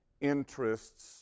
interests